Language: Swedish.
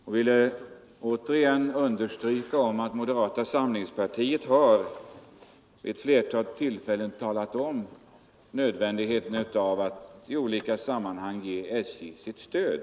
Jag vill återigen understryka att moderata samlingspartiet vid flera tillfällen framhållit nödvändigheten av att i olika sammanhang ge SJ sitt stöd.